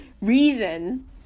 reason